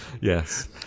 Yes